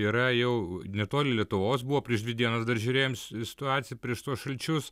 yra jau netoli lietuvos buvo prieš dvi dienas dar žiūrėjom situaciją prieš tuos šalčius